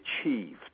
achieved